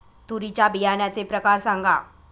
तूरीच्या बियाण्याचे प्रकार सांगा